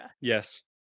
Yes